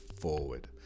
forward